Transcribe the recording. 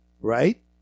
right